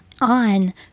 on